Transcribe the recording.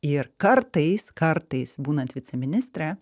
ir kartais kartais būnant viceministre